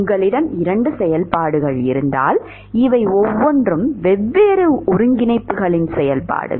உங்களிடம் 2 செயல்பாடுகள் இருந்தால் இவை ஒவ்வொன்றும் வெவ்வேறு ஒருங்கிணைப்புகளின் செயல்பாடுகள்